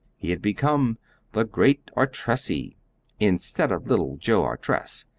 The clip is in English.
he had become the great artressi instead of little joe artress,